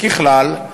ככלל,